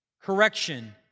correction